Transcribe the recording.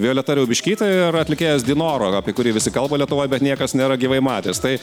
violeta riaubiškytė ir atlikėjas dynoro apie kurį visi kalba lietuvoj bet niekas nėra gyvai matęs tai